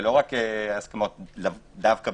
ולאו דווקא